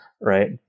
right